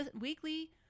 weekly